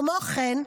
כמו כן,